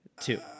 Two